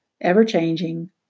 ever-changing